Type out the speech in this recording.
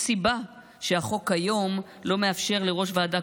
יש סיבה שהחוק היום לא מאפשר לראש ועדה